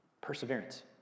perseverance